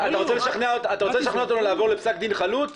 אתה רוצה לשכנע אותנו לעבור לפסק דין חלוט?